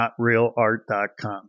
NotRealArt.com